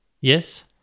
Yes